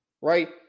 right